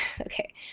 okay